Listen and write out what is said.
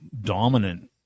dominant